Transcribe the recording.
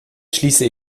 schließe